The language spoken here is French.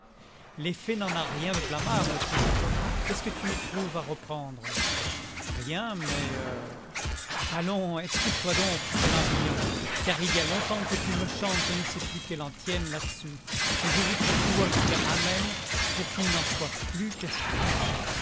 l'effet n'en a rien de blâmable cousin qu'est-ce que tu y trouves à reprendre rien mais allons explique-toi donc fit-elle en riant car il y a longtemps que tu me chantes je ne sais quelle antienne là-dessus et je voudrais pouvoir te dire amen pour qu'il n'en soit plus question